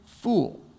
fool